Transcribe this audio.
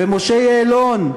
ומשה יעלון,